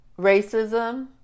racism